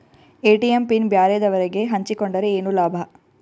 ATM PIN ಬ್ಯಾರೆದವರಗೆ ಹಂಚಿಕೊಂಡರೆ ಏನು ಲಾಭ?